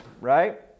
right